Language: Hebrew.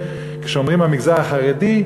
כשאומרים "המגזר החרדי"